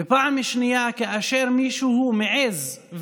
ופעם שנייה כאשר מישהו מעז,